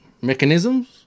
mechanisms